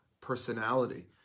personality